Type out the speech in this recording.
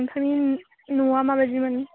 नोंथांनि न'आ माबायदिमोन